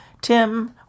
Tim